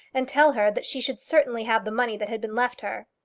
and tell her that she should certainly have the money that had been left her.